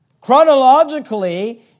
Chronologically